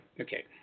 okay